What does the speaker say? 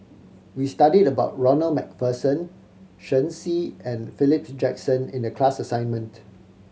we studied about Ronald Macpherson Shen Xi and Philip Jackson in the class assignment